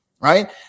Right